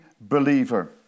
believer